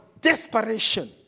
desperation